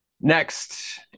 Next